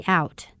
out